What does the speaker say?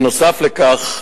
נוסף על כך,